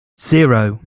zero